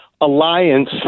alliance